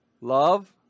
love